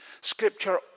Scripture